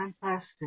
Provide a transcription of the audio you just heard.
Fantastic